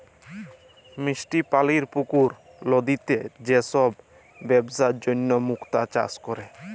মিষ্টি পালির পুকুর, লদিতে যে সব বেপসার জনহ মুক্তা চাষ ক্যরে